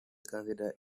consider